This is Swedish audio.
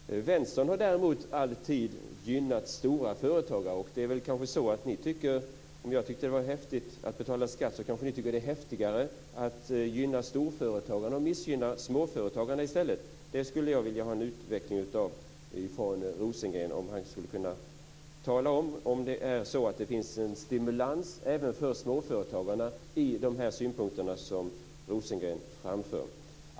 Vänstern har däremot alltid gynnat storföretagare. Jag tycker att det är häftigt att betala skatt. Ni kanske tycker att det är häftigare att gynna storföretagarna och missgynna småföretagarna. Jag skulle vilja att Per Rosengren utvecklade detta. Skulle Per Rosengren kunna tala om ifall det finns en stimulans även för småföretagarna när det gäller de synpunkter som Rosengren framför?